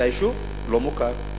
והיישוב לא מוכר,